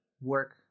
work